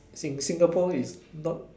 Sing~ Singapore is not